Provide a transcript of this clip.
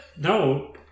No